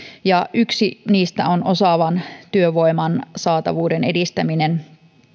yksi niistä on osaavan työvoiman saatavuuden edistäminen